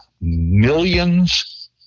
millions